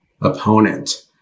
opponent